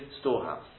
storehouse